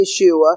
Yeshua